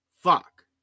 fuck